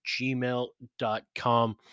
gmail.com